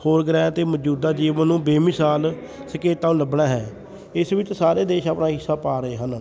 ਹੋਰ ਗ੍ਰਹਿ 'ਤੇ ਮੌਜੂਦਾ ਜੀਵਨ ਨੂੰ ਬੇਮਿਸਾਲ ਸੰਕੇਤਾਂ ਨੂੰ ਲੱਭਣਾ ਹੈ ਇਸ ਵਿੱਚ ਸਾਰੇ ਦੇਸ਼ ਆਪਣਾ ਹਿੱਸਾ ਪਾ ਰਹੇ ਹਨ